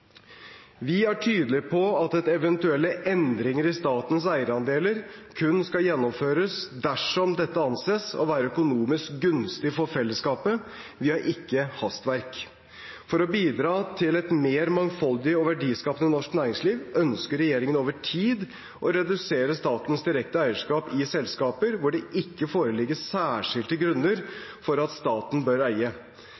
Vi er tydelige på at eventuelle endringer i statens eierandeler kun skal gjennomføres dersom dette anses å være økonomisk gunstig for fellesskapet. Vi har ikke hastverk. For å bidra til et mer mangfoldig og verdiskapende norsk næringsliv ønsker regjeringen over tid å redusere statens direkte eierskap i selskaper hvor det ikke foreligger særskilte grunner